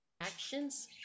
Actions